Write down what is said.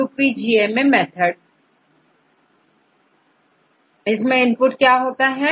UPGMA method में input क्या होता है